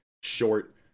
short